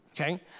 okay